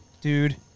Dude